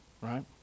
right